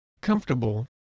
comfortable